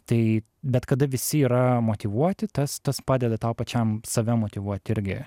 tai bet kada visi yra motyvuoti tas tas padeda tau pačiam save motyvuot irgi